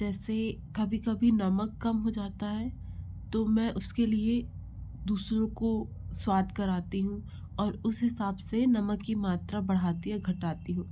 जैसे कभी कभी नमक कम हो जाता है तो मैं उसके लिए दूसरों को स्वाद कराती हूँ और उस हिसाब से नमक की मात्रा बढ़ाती या घटाती हूँ